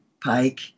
pike